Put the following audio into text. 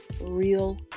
Real